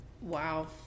Wow